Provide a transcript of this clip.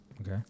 Okay